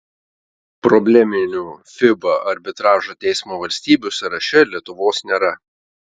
probleminių fiba arbitražo teismo valstybių sąraše lietuvos nėra